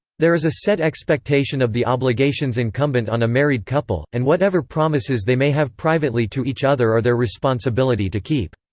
there is a set expectation of the obligations incumbent on a married couple, and whatever promises they may have privately to each other are their responsibility to keep.